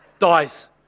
dies